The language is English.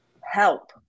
Help